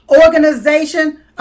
organization